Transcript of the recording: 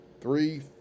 three